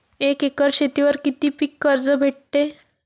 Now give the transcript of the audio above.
एक एकर शेतीवर किती पीक कर्ज भेटते?